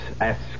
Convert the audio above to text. ask